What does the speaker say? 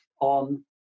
on